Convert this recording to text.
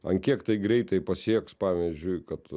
ant kiek tai greitai pasieks pavyzdžiui kad